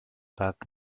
parc